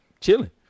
chilling